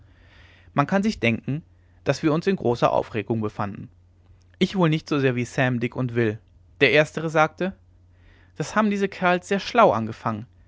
man kann sich denken daß wir uns in großer aufregung befanden ich wohl nicht so sehr wie sam dick und will der erstere sagte das haben diese kerls sehr schlau angefangen